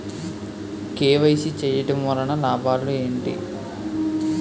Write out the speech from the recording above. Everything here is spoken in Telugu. కే.వై.సీ చేయటం వలన లాభాలు ఏమిటి?